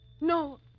No